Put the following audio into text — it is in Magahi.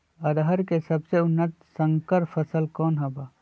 अरहर के सबसे उन्नत संकर फसल कौन हव?